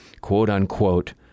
quote-unquote